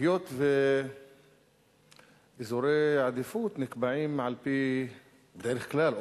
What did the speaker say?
היות שאזורי העדיפות נקבעים בדרך כלל,